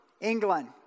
England